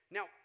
Now